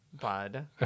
bud